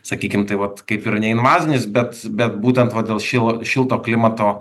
sakykim tai vat kaip ir ne invazinis bet bet būtent vat dėl šil šilto klimato